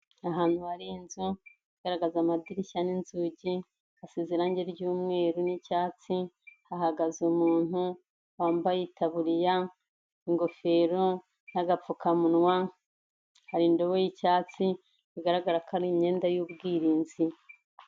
Ahantu hari inzu igaragaza amadirishya n'inzugi hasize irange ry'umweru n'icyatsi, hahagaze umuntu wambaye itaburiya, ingofero n'agapfukamunwa, hari indobo y'icyatsi bigaragara ko ari imyenda y'ubwirinzi.